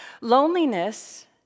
Loneliness